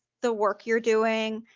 the work you're doing,